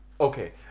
Okay